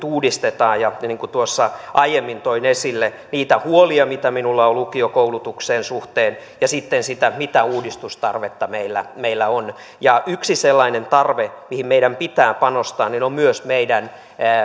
uudistetaan ja tuossa aiemmin toin esille niitä huolia mitä minulla on lukiokoulutuksen suhteen ja sitten sitä mitä uudistustarvetta meillä meillä on yksi sellainen tarve mihin meidän pitää panostaa on myös meidän